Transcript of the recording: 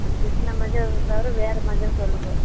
அந்த கிருஷ்ணா மஞ்சள் தவிர வேறு மஞ்சள் சொல்லுங்க